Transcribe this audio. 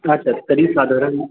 अच्छा तरी साधारण